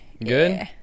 Good